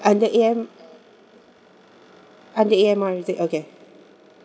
under A_M under A_M_R is it okay